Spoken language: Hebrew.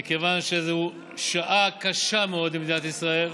מכיוון שזו שעה קשה מאוד למדינת ישראל.